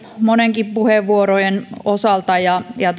monienkin puheenvuorojen osalta ja ja